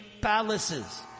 palaces